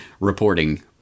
reporting